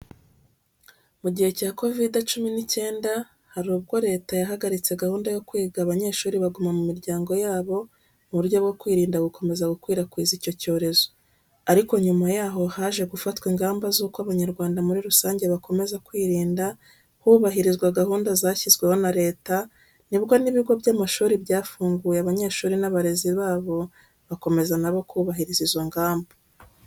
Mu gihe cya kovide cumi n'icyenda, hari ubwo Leta yahagaritse gahunda yo kwiga abanyeshuri baguma mu miryango yabo mu buryo bwo kwirinda gukomeza gukwirakwiza icyo cyorezo. Ariko nyuma yaho haje gufatwa ingamba z'uko Abanyarwanda muri rusange bakomeza kwirinda hubahirizwa gahunda zashyizweho na Leta, nibwo n'ibigo by'amashuri byafunguye abanyeshuri n'abarezi babo bakomeza na bo kubahiriza izo ngamba.